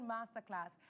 Masterclass